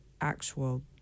actual